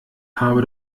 habe